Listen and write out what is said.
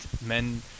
men